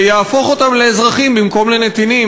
ויהפוך אותם לאזרחים במקום לנתינים.